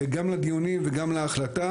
גם לדיונים וגם להחלטה